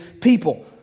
people